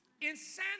Insanity